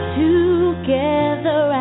together